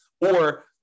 Or-